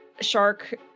shark